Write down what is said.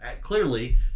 clearly